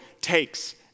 takes